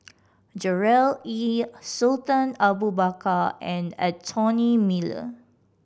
Gerard Ee Sultan Abu Bakar and Anthony Miller